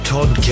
Todd